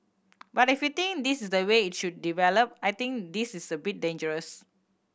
but if you think this is the way it should develop I think this is a bit dangerous